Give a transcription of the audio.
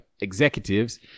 executives